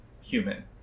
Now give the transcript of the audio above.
human